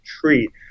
treat